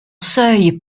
seuil